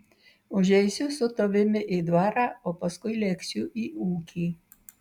užeisiu su tavimi į dvarą o paskui lėksiu į ūkį